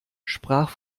sprach